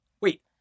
Wait